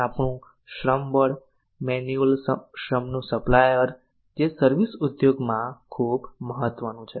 આપણું શ્રમ બળ મેન્યુઅલ શ્રમનું સપ્લાયર જે સર્વિસ ઉદ્યોગમાં ખૂબ મહત્વનું છે